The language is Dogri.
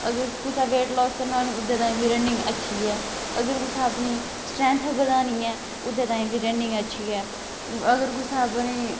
अगर कुसे वेट लास करना होऐ नीं ओहदे ताईं बी रनिंग अच्छी ऐ अगर कुसै अपनी स्ट्रैंथ बधानी ऐ ओहदे तांई बी रनिंग अच्छी ऐ अगर कुसै अपनी